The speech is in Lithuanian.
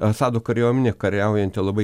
asado kariuomenė kariaujanti labai